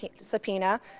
subpoena